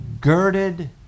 Girded